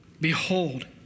Behold